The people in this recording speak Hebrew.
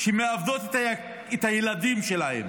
שמאבדות את הילדים שלהן: